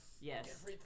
Yes